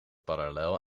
parallel